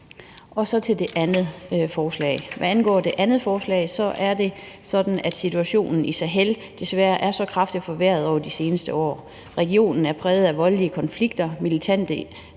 i området. Hvad angår det andet forslag, er det sådan, at situationen i Sahel desværre er kraftigt forværret over de seneste år. Regionen er præget af voldelige konflikter, og militante